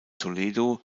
toledo